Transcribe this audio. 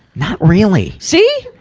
not really. see!